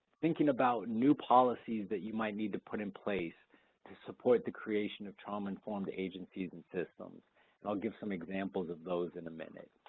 thinking about new policies that you might need to put in place to support the creation of trauma-informed agencies and system and i'll give some examples of those in a minute.